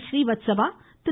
Srivastava Thiru